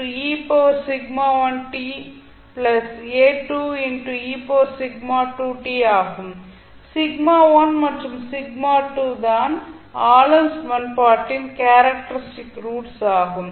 மற்றும் தான் ஆளும் சமன்பாட்டின் கேரக்டரிஸ்டிக் ரூட்ஸ் ஆகும்